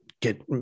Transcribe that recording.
get